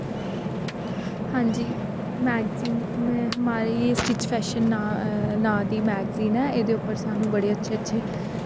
हां जी मैगज़ीन हमारी सटिच्च फैशन नांऽ दी मैगज़ीन ऐ एह्दे उप्पर साह्नू बड़े अच्छे अच्छे